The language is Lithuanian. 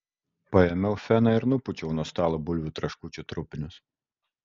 paėmiau feną ir nupūčiau nuo stalo bulvių traškučių trupinius